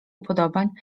upodobań